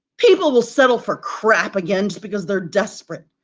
people will settle for crap again, just because they're desperate.